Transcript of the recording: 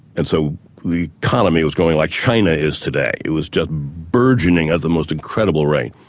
and so the economy was going like china is today. it was just burgeoning at the most incredible rate.